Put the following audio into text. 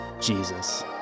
Jesus